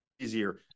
easier